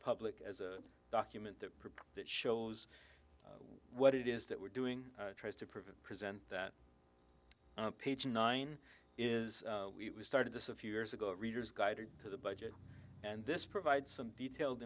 public as a document that that shows what it is that we're doing tries to prevent present that page nine is we started this a few years ago readers guided to the budget and this provides some detailed